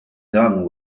done